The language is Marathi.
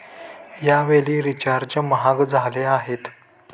यावेळी रिचार्ज महाग झाले आहेत